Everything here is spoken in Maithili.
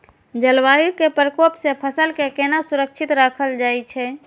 जलवायु के प्रकोप से फसल के केना सुरक्षित राखल जाय छै?